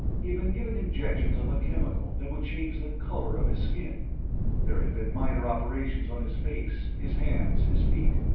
he'd been given injections of a chemical that would change the color of his skin there had been minor operations on his face, his hands, his feet.